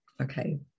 Okay